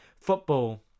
football